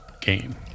game